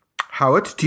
Howard